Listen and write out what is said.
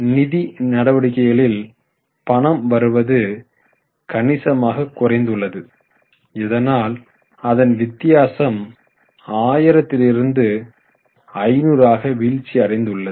நிதி நடவடிக்கைகளில் பணம் வருவது கணிசமாக குறைந்துள்ளது இதனால் அதன் வித்தியாசம் 1000 லிருந்து 500 ஆக வீழ்ச்சி அடைந்துள்ளது